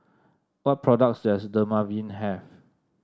what products does Dermaveen have